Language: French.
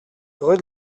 rue